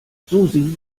susi